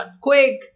quick